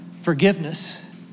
forgiveness